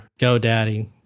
GoDaddy